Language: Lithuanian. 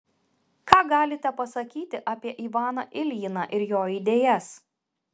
ką galite pasakyti apie ivaną iljiną ir jo idėjas